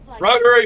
Rotary